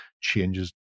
changes